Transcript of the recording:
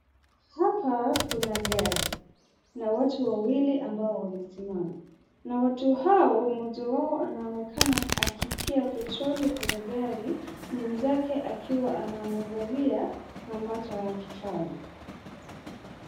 Hapa kuna gari, na watu wawili ambao wanesimama, na watu hao moja wao anaonekana wakitia petroli kwenye gari, mwenzake akiwa anamwangalia ambacho anakifanya.